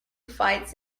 fights